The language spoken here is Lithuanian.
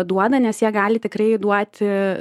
duoda nes jie gali tikrai duoti